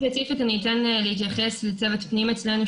ספציפית אני אתן להתייחס לצוות פנים אצלנו,